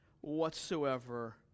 whatsoever